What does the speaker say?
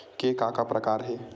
के का का प्रकार हे?